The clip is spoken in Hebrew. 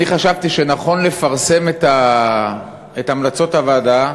אני חשבתי שנכון לפרסם את המלצות הוועדה,